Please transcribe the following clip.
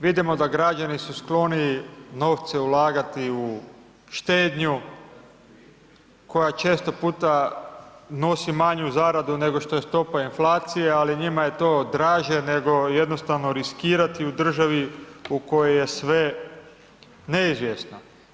Vidimo da građani su skloniji novce ulagati u štednju, koja često puta nosi manju zaradu, nego što je stopa inflacije, ali njima je to draže, nego jednostavno riskirati u državi, u kojoj je sve neizvjesno.